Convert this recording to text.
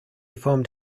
formed